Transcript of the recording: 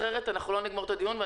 אחרת לא נגמור את הדיון,